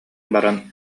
баран